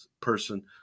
person